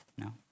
No